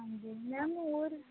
ਹਾਂਜੀ ਮੈਮ ਹੋਰ